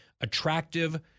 attractive